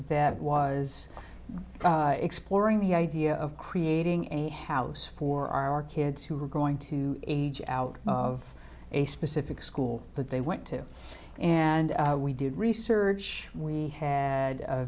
that was exploring the idea of creating a house for our kids who were going to age out of a specific school that they went to and we did research we had a